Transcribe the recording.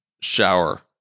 shower